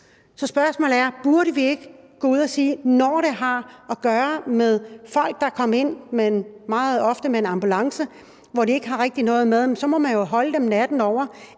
Så spørgsmålet er: Burde vi ikke gå ud og sige, at når der er tale om folk, der meget ofte er kommet i en ambulance, og som ikke rigtig har noget med, så må man jo holde dem natten over,